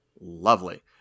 lovely